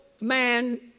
man